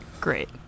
Great